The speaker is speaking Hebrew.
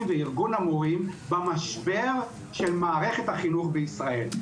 וארגון המורים במשבר של מערכת החינוך בישראל.